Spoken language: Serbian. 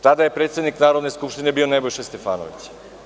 Tada je predsednik Narodne skupštine bio Nebojša Stefanović.